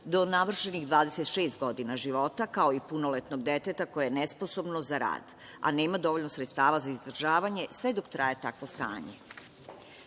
do navršenih 26 godina života, kao i punoletnog deteta koje je nesposobno za rad, a nema dovoljno sredstava za izdržavanje dok traje takvo stanje. Sve